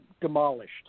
demolished